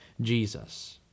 Jesus